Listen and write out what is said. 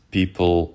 people